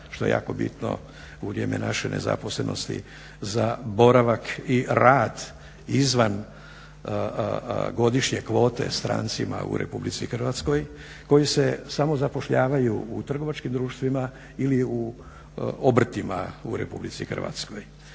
što je jako bitno u vrijeme naše nezaposlenosti za boravak i rad izvan godišnje kvote strancima u RH koji se samozapošljavaju u trgovačkim društvima ili u obrtima u RH. a propisano